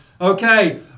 Okay